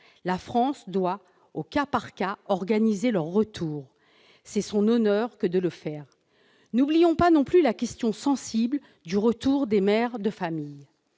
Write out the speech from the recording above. La France doit, au cas par cas, organiser leur retour. C'est son honneur que de le faire. N'oublions pas non plus la question sensible du retour des mères de famille.